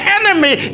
enemy